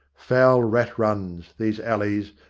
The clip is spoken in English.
foul rat-runs, these alleys,